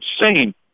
insane